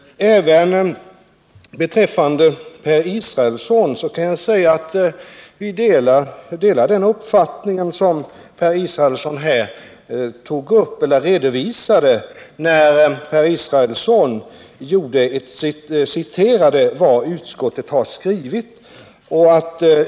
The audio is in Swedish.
Till Per Israelsson kan jag säga att vi delar den uppfattning som Per Israelsson redovisade när han citerade vad utskottet skrivit.